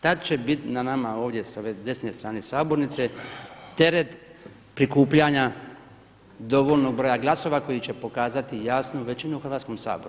Tada će biti na nama ovdje sa ove desne strane sabornice teret prikupljanja dovoljnog broja glasova koji će pokazati jasnu većinu u Hrvatskom saboru.